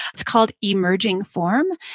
it's called emerging form,